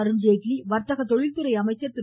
அருண்ஜேட்லி வர்த்தக தொழில்துறை அமைச்சர் திரு